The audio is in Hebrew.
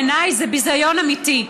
בעיניי זה ביזיון אמיתי.